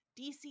DC